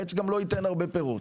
העץ גם לא ייתן הרבה פירות.